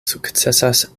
sukcesas